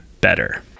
better